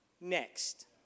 next